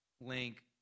link